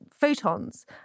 photons